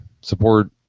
Support